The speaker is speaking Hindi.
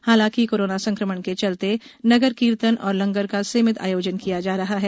हालांकि कोरोना संक्रमण के चलते नगर कीर्तन और लंगर का सीमित आयोजन किया जा रहा है